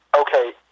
okay